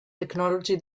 technology